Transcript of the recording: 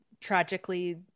tragically